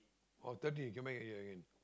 orh thirty you came back here again